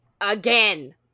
Again